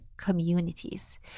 Communities